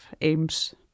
aims